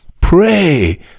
Pray